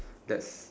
that's